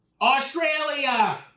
Australia